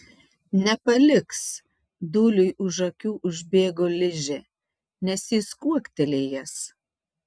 nepaliks dūliui už akių užbėgo ližė nes jis kuoktelėjęs